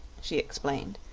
she explained,